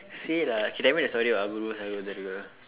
say lah okay tell me the story about Apoorva Sagodharargal sakoothararkal